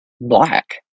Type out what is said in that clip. black